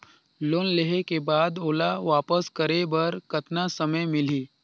Loan लेहे के बाद ओला वापस करे बर कतना समय मिलही?